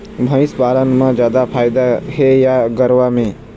भंइस पालन म जादा फायदा हे या गरवा में?